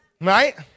right